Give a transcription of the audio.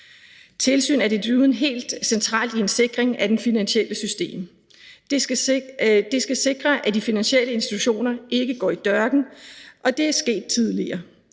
desuden helt centralt i en sikring af det finansielle system. Det skal sikre, at de finansielle institutioner ikke går i dørken, og det er sket tidligere.